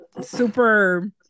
super